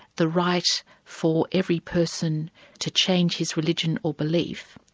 the right for every person to change his religion or belief,